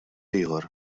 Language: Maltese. ieħor